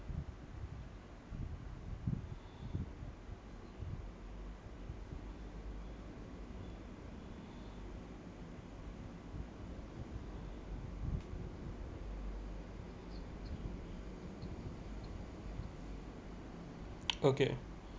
okay